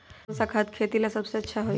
कौन सा खाद खेती ला सबसे अच्छा होई?